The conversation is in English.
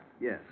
Yes